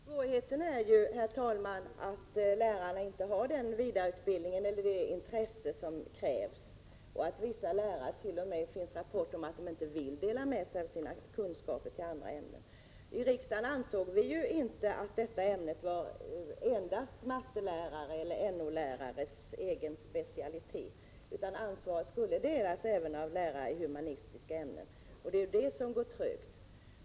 Herr talman! Svårigheten gäller att lärarna inte har den vidareutbildning eller det intresse som krävs. Det finns t.o.m. rapporter om att vissa lärare inte vill dela med sig av sina kunskaper till andra. I riksdagen ansåg vi att detta ämne inte var endast matematikeller NO-lärares egen specialitet utan att ansvaret skulle delas även av lärare i humanistiska ämnen, och det är detta som går trögt.